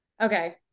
okay